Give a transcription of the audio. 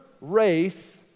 race